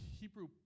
Hebrew